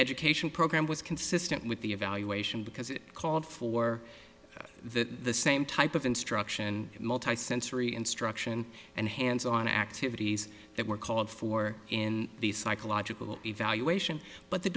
education program was consistent with the evaluation because it called for the same type of instruction multisensory instruction and hands on activities that were called for in the psychological evaluation but the